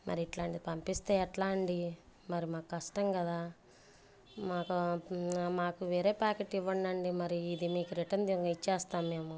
మరి ఇట్లాంటిది పంపిస్తే ఎట్లా అండి మరి మాకు కష్టం కదా మాకు మాకు వేరే ప్యాకెట్ ఇవ్వండండి మరి ఇది మీకు రిటర్న్ ఇచ్చేస్తాం మేము